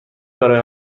برای